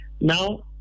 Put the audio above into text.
now